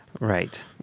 Right